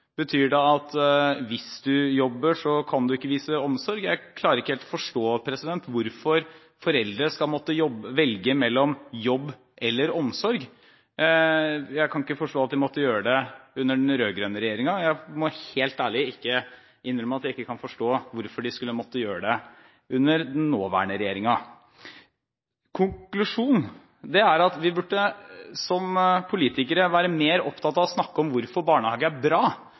Betyr det at hvis du jobber, kan du ikke vise omsorg? Jeg klarer ikke helt å forstå hvorfor foreldre skal måtte velge mellom jobb eller omsorg. Jeg kan ikke forstå at de måtte gjøre det under den rød-grønne regjeringen, og jeg må helt ærlig innrømme at jeg ikke kan forstå hvorfor de skulle måtte gjøre det under den nåværende regjeringen. Konklusjonen er at vi som politikere burde være mer opptatt av å snakke om hvorfor barnehage er bra,